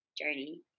journey